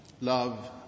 love